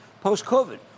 Post-COVID